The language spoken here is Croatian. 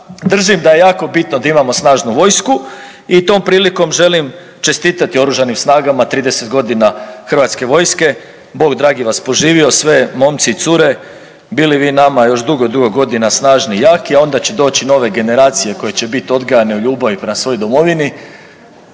držim da je jako bitno da imamo snažnu vojsku i tom prilikom želim čestitati Oružanim snagama 30. godina Hrvatske vojske, Bog dragi vas poživio sve, momci i cure, bili vi nama još dugo, dugo godina snažni i jaki, a onda će doći nove generacije koje će biti odgajane u ljubavi prema svojoj domovini